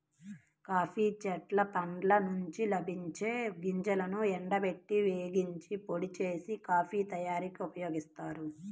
coffee చెట్ల పండ్ల నుండి లభించే గింజలను ఎండబెట్టి, వేగించి, పొడి చేసి, కాఫీ తయారీకి ఉపయోగిస్తారు